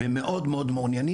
הם מאוד מעוניינים,